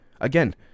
Again